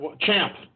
Champ